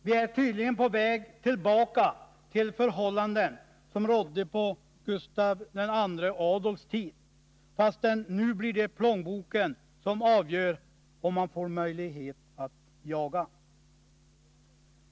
Vi är tydligen på väg tillbaka till förhållanden som rådde på Gustav II Adolfs tid, fastän det nu blir plånboken som avgör om man får möjlighet att jaga.